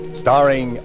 starring